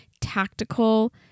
tactical